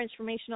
transformational